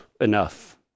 enough